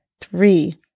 three